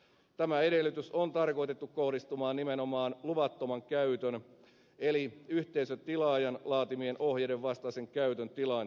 tämä edellytys on tarkoitettu kohdistumaan nimenomaan luvattoman käytön eli yhteisötilaajan laatimien ohjeiden vastaisen käytön tilanteisiin